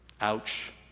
Ouch